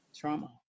trauma